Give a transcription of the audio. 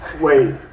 wait